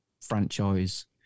franchise